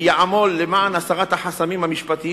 ויעמול למען הסרת החסמים המשפטיים